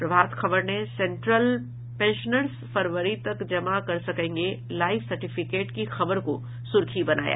प्रभात खबर ने central pensioners फरवरी तक जमा कर सकेंगे लाइफ सार्टिफिकेट की खबर को सुर्खी बनाया